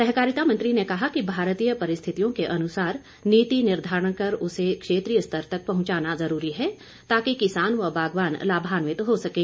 सहकारिता मंत्री ने कहा कि भारतीय परिस्थितियों के अनुसार नीति निर्धारण कर उसे क्षेत्रीय स्तर तक पहुंचाना जरूरी है ताकि किसान व बागवान लाभान्वित हो सकें